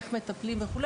איך מטפלים וכו',